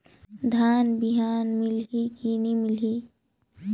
धान बिहान मिलही की नी मिलही?